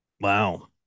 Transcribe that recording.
Wow